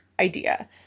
idea